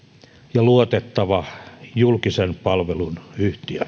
ja luotettava julkisen palvelun yhtiö